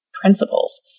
principles